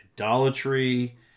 idolatry